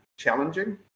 challenging